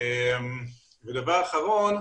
דבר אחרון.